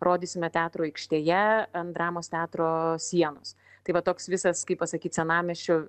rodysime teatro aikštėje ant dramos teatro sienos tai va toks visas kaip pasakyt senamiesčio